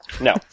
No